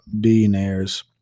billionaires